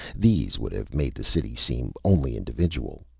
these would have made the city seem only individual.